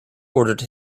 ordered